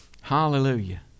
Hallelujah